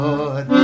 Lord